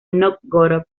nóvgorod